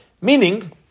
Meaning